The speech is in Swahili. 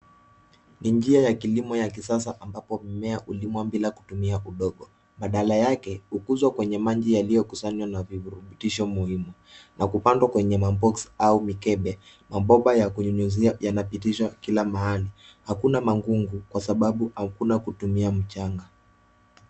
Ni njia ya kilimo ya kisasa ambapo mimea hulimwa bila kutumia udongo badala yake ukuzwa kwenye maji yaliyokusanywa na virutubisho muhimu na kupandwa kwenye maboksi au mikebe. Mabomba ya kunyunyizia yanapitishwa kila mahali. Hakuna magugu kwa sababu hakuna kutumia mchanga.